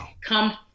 come